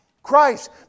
Christ